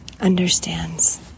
understands